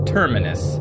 Terminus